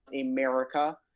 America